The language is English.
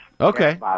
Okay